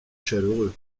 chaleureux